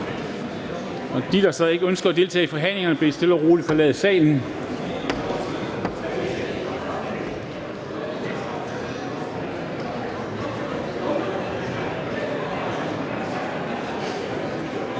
De, der så ikke ønsker at deltage i forhandlingerne, bedes stille og roligt forlade salen.